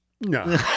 No